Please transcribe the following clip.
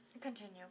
Continue